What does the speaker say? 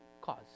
cause